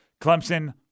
Clemson